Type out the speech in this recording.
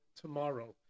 tomorrow